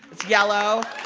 it's yellow.